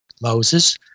Moses